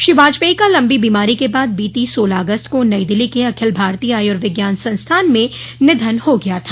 श्री वाजपेयी का लम्बी बीमारी के बाद बोती सोलह अगस्त को नई दिल्ली के अखिल भारतीय आयुर्विज्ञान संस्थान में निधन हो गया था